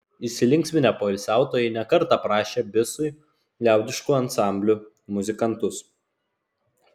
įsilinksminę poilsiautojai ne kartą prašė bisui liaudiškų ansamblių muzikantus